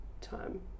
time